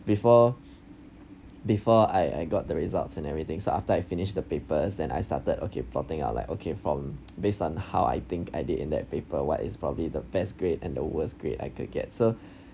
before before I I got the results and everything so after I finish the papers then I started okay plotting out like okay from based on how I think I did in that paper what is probably the best grade and the worst grade I could get so